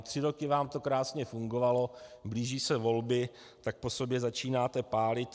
Tři roky vám to krásně fungovalo, blíží se volby, tak po sobě začínáte pálit.